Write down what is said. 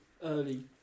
early